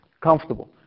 comfortable